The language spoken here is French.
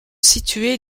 situés